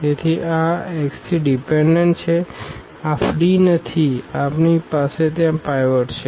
તેથી આ x 3 dependent છે આ ફ્રી નથી આપણી પાસે ત્યાં પાઈવોટ છે